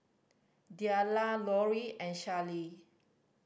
Dellia Lorri and Schley